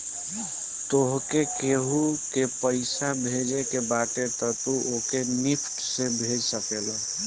तोहके केहू के पईसा भेजे के बाटे तअ तू ओके निफ्ट से भेज सकेला